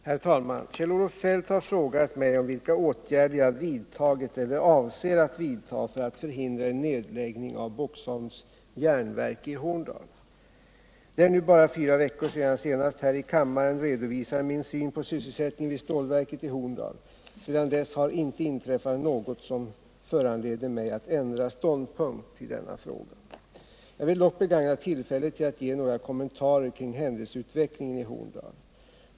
Herr talman! Kjell-Olof Feldt har frågat mig om vilka åtgärder jag vidtagit eller avser att vidta för att förhindra en nedläggning av Boxholms järnverk i Horndal. Det är nu bara fyra veckor sedan jag senast här i kammaren redovisade min syn på sysselsättningen vid stålverket i Horndal. Sedan dess har inte inträffat något som föranleder mig att ändra ståndpunkt i denna fråga. Jag vill dock begagna tillfället till att ge några kommentarer kring händelseutvecklingen i Horndal.